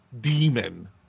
demon